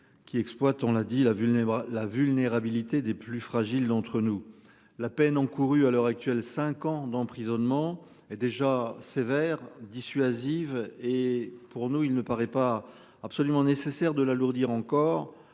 Qui exploite. On l'a dit la vulnérable la vulnérabilité des plus fragiles d'entre nous. La peine encourue. À l'heure actuelle 5 ans d'emprisonnement et déjà sévère dissuasive et pour nous il ne paraît pas absolument nécessaire de l'alourdir encore